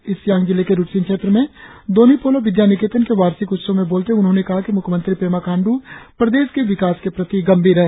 east Siang जिले के रुक्सिन क्षेत्र मे दोन्यी पोलो विद्या निकेतन के वार्षिक उत्सव में बोलते हुए उन्होंने कहा कि मुख्यमंत्री पेमा खाण्ड्र प्रदेश के विकास के प्रति गंभीर है